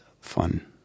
fun